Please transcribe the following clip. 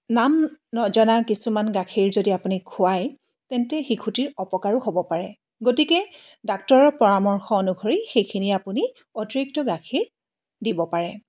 নাম নজনা কিছুমান গাখীৰ যদি আপুনি খুৱায় তেন্তে শিশুটিৰ অপকাৰো হ'ব পাৰে গতিকে ডাক্তৰৰ পৰামৰ্শ অনুসৰি সেইখিনি আপুনি অতিৰিক্ত গাখীৰ দিব পাৰে